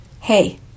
Hey